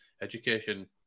Education